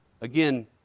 Again